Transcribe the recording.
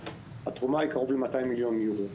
התרומה היא קרוב ל-200 מיליון אירו.